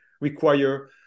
require